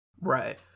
right